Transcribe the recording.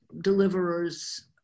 deliverers